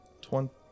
twenty